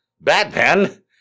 Batman